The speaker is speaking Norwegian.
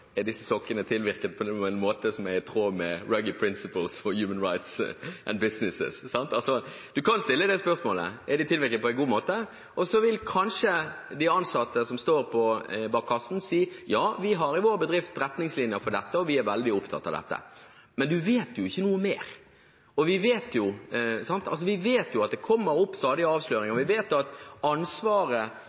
Er disse sokkene tilvirket på en måte som er i tråd med Ruggies «Principles for Business and Human Rights»? Man kan altså stille spørsmålet: Er de tilvirket på en god måte? Så vil kanskje de ansatte som står i kassen, si: Ja, vi har i vår bedrift retningslinjer for dette, og vi er veldig opptatt av dette. Men man vet jo ikke noe mer. Vi vet at det stadig kommer opp avsløringer, og vi vet at